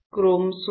Chrome सोना